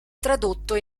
tradotto